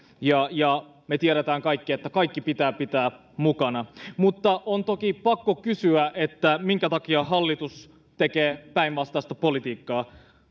ja ja me tiedämme kaikki että kaikki pitää pitää mukana mutta on toki pakko kysyä minkä takia hallitus tekee päinvastaista politiikkaa